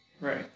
Right